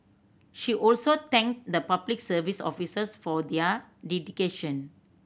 she also thanked the Public Service officers for their dedication